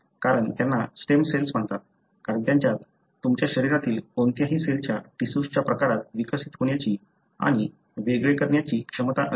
कारण त्यांना stem cells म्हणतात कारण त्यांच्यात तुमच्या शरीरातील कोणत्याही सेलच्या टिशूजच्या प्रकारात विकसित होण्याची आणि वेगळे करण्याची क्षमता असते